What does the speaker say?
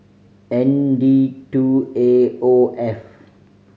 N D two A O F